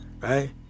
Right